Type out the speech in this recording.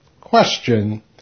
Question